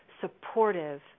supportive